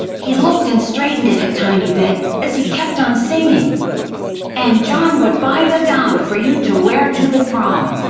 he looked and straightened it a tiny bit as he kept on singing and john would buy the gown for you to wear to the prom,